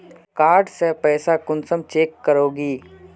Card से पैसा कुंसम चेक करोगी?